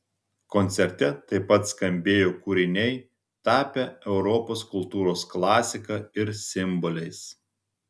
koncerte taip pat skambėjo kūriniai tapę europos kultūros klasika ir simboliais